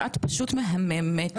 את פשוט מהממת.